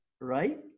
Right